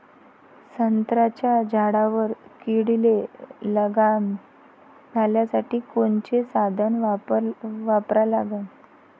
संत्र्याच्या झाडावर किडीले लगाम घालासाठी कोनचे साधनं वापरा लागन?